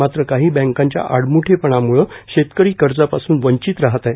मात्र काही बँकांच्या आडम्डेपणाम्ळे शेतकरी कर्जापासून वंचित राहत आहे